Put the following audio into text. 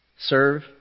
Serve